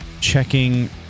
checking